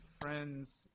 friends